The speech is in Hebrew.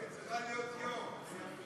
היא צריכה להיות יו"ר.